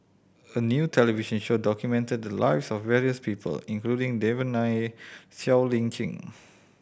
a new television show documented the lives of various people including Devan Nair Siow Lee Chin